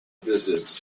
visits